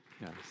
Yes